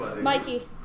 Mikey